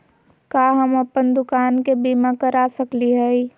का हम अप्पन दुकान के बीमा करा सकली हई?